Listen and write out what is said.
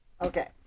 Okay